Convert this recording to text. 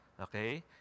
Okay